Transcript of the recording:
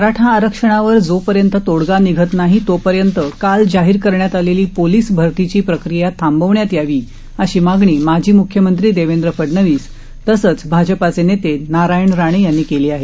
मराठा आरक्षणावर जोपर्यंत तोडगा निघत नाही तोपर्यंत काल जाहीर करण्यात आलेली पोलीस भरतीची प्रक्रीया थांबवण्यात यावी अशी मागणी माजी मुख्यमंत्री देवेंद्र फडणवीस तसंच भाजपाचे नेते नारायण राणे यांनी केली आहे